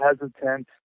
hesitant